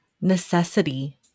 Necessity